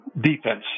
defense